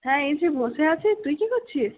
হ্যাঁ এই যে বসে আছি তুই কি করছিস